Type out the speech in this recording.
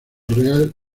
real